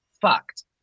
fucked